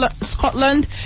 Scotland